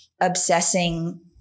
obsessing